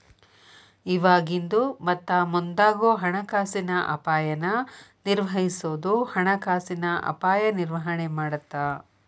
ಇವಾಗಿಂದು ಮತ್ತ ಮುಂದಾಗೋ ಹಣಕಾಸಿನ ಅಪಾಯನ ನಿರ್ವಹಿಸೋದು ಹಣಕಾಸಿನ ಅಪಾಯ ನಿರ್ವಹಣೆ ಮಾಡತ್ತ